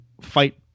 fight